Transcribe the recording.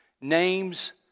Names